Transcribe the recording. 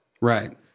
Right